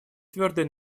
твердое